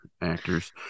actors